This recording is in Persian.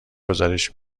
گزارش